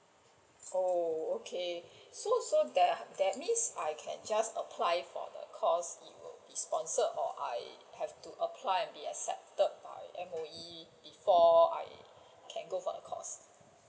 oh okay so so that that means I can just apply for the course it will be sponsored or I have to apply and be accepted by M_O_E before I can go for the course